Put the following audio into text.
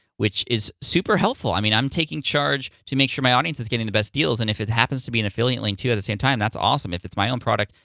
which is super helpful. i mean, i'm taking charge to make sure my audience is getting the best deals, and if it happens to be an affiliate link, too, at the same time, that's awesome, if it's my own product,